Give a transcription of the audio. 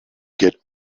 get